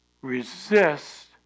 Resist